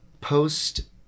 post